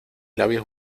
labios